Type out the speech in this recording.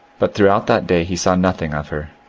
but throughout that day he saw nothing of her,